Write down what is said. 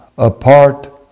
apart